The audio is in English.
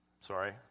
Sorry